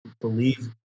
believe